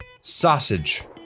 Sausage